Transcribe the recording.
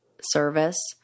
service